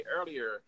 earlier